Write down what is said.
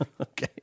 Okay